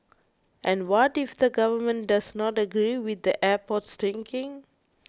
and what if the government does not agree with the airport's thinking